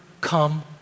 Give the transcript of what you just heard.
come